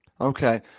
Okay